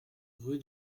rue